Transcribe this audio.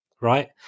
right